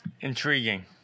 Intriguing